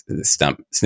stump